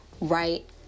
right